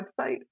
website